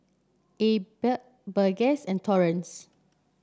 Abb Burgess and Torrence